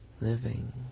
living